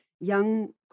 young